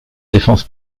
défense